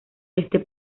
este